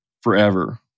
forever